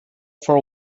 for